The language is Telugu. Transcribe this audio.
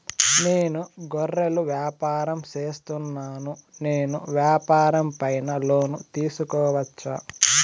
నేను గొర్రెలు వ్యాపారం సేస్తున్నాను, నేను వ్యాపారం పైన లోను తీసుకోవచ్చా?